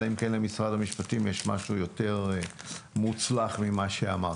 אלא אם כן למשרד המשפטים יש משהו יותר מוצלח ממה שאמרתי.